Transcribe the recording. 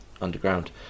underground